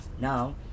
now